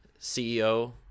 CEO